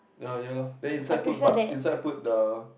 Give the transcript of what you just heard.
ya yalor then inside put bug inside put the